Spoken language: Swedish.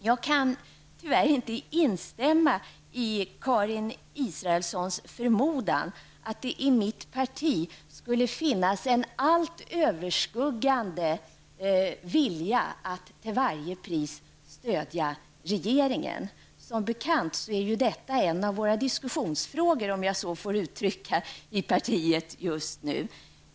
Jag kan tyvärr inte instämma i Karin Israelssons förmodan att det i mitt parti skulle finnas en helt överskuggande vilja att till varje pris stödja regeringen. Som bekant är detta en av våra diskussionsfrågor, om jag så får uttrycka mig, i partiet just nu.